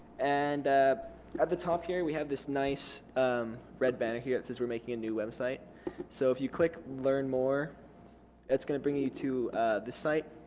and at the top here we have this nice red banner here that says we're making a new website so if you click learn more it's gonna bring you to this site